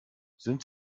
sind